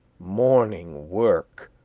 morning work!